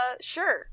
sure